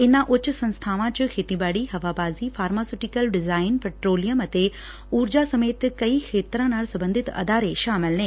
ਇਨ੍ਨਾ ਉੱਚ ਸੰਸਬਾਵਾਂ ਚ ਖੇਤੀਬਾਤੀ ਹਵਾਬਾ਼ੀ ਫਾਰਮਾ ਸੁਟੀਕਲ ਡਿਜਾਇਨ ਪੈਟਰੋਲਿਅਮ ਅਤੇ ਉਰਜਾ ਸਮੇਤ ਕਈ ਖੇਤਰਾਂ ਨਾਲ ਸਬੰਧਤ ਅਦਾਰੇ ਸ਼ਾਮਲ ਨੇ